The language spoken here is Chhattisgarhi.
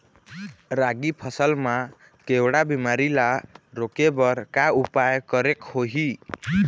रागी फसल मा केवड़ा बीमारी ला रोके बर का उपाय करेक होही?